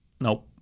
Nope